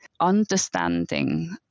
understanding